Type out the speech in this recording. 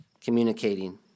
communicating